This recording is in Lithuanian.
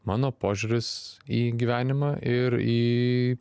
mano požiūris į gyvenimą ir į